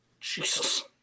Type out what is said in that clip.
Jesus